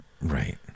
right